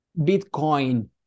bitcoin